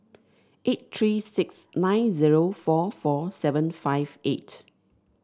eight three six nine zero four four seven five eight